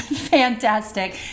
fantastic